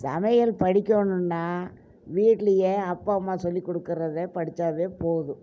சமையல் படிக்கணுன்னா வீட்டிலையே அப்பா அம்மா சொல்லிக் கொடுக்கறத படிச்சாலே போதும்